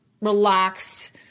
relaxed